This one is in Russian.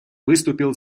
выступил